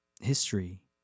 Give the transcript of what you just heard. history